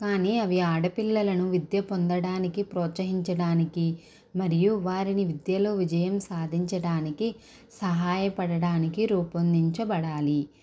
కానీ అవి ఆడపిల్లలను విద్య పొందడానికి ప్రోత్సహించడానికి మరియు వారిని విద్యలో విజయం సాధించడానికి సహాయపడడానికి రూపొందించబడాలి